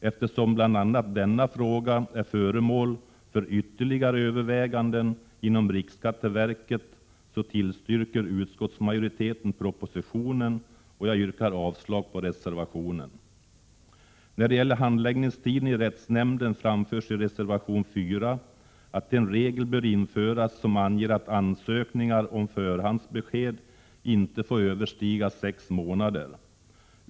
Eftersom denna fråga är föremål för ytterligare övervägande inom riksskatteverket, tillstyrker utskottsmajoriteten förslaget i propositionen. Jag yrkar avslag på reservationen. I reservation 4 anförs att en regel bör införas som anger att maximitiden för handläggning av ansökningar om förhandsbesked inte får överstiga sex månader.